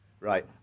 Right